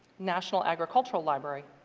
national agricultural library,